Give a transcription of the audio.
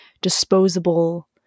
disposable